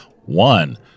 One